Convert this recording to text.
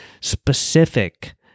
specific